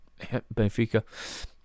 Benfica